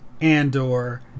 Andor